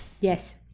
Yes